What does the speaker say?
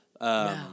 No